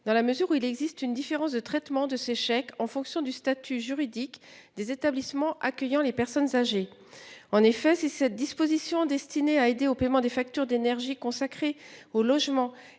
dans la mesure où il existe une différence de traitement de ces chèques en fonction du statut juridique des établissements accueillant les personnes âgées. En effet, si cette disposition destinée à aider au paiement des factures d'énergie consacrés au logement